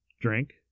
drink